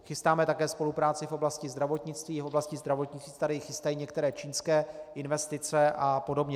Chystáme také spolupráci v oblasti zdravotnictví, v oblasti zdravotnictví se tady chystají některé čínské investice apod.